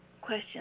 question